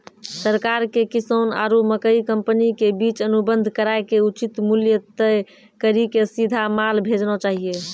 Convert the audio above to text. सरकार के किसान आरु मकई कंपनी के बीच अनुबंध कराय के उचित मूल्य तय कड़ी के सीधा माल भेजना चाहिए?